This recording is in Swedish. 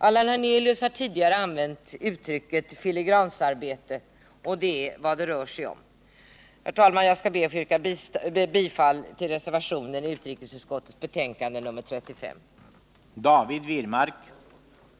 Allan Hernelius har tidigare använt uttrycket ”filigransarbete”, och det är vad det rör sig om. Herr talman! Jag ber att få yrka bifall till den vid utrikesutskottets betänkande nr 35 fogade reservationen.